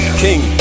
king